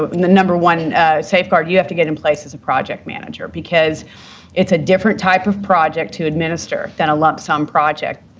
the number one and ah safeguard you have to get in place is a project manager because it's a different type of project to administer than a lump sum project,